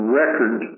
record